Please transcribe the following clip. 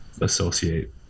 associate